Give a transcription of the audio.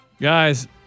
Guys